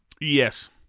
Yes